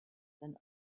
than